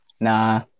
Nah